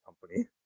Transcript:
company